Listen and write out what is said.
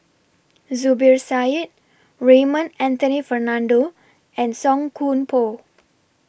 Zubir Said Raymond Anthony Fernando and Song Koon Poh